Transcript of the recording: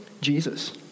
Jesus